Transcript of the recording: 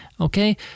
okay